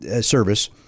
service